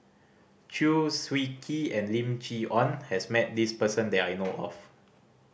Chew Swee Kee and Lim Chee Onn has met this person that I know of